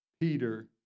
Peter